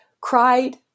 cried